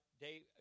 Dave